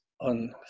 on